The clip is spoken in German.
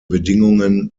bedingungen